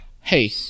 Hey